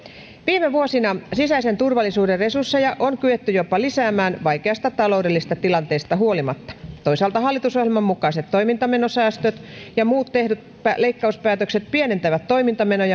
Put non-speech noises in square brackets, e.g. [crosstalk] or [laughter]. viime vuosina sisäisen turvallisuuden resursseja on kyetty jopa lisäämään vaikeasta taloudellisesta tilanteesta huolimatta toisaalta hallitusohjelman mukaiset toimintamenosäästöt ja muut tehdyt leikkauspäätökset pienentävät toimintamenoja [unintelligible]